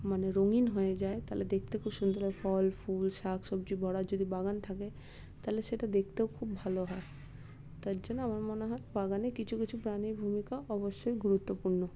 মানে রঙিন হয়ে যায় তাহলে দেখতে খুব সুন্দর হয় ফল ফুল শাক সবজি ভরা যদি বাগান থাকে তাহলে সেটা দেখতেও খুব ভালো হয় তার জন্য আমার মনে হয় বাগানে কিছু কিছু প্রাণীর ভূমিকা অবশ্যই গুরুত্বপূর্ণ